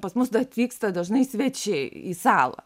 pas mus atvyksta dažnai svečiai į salą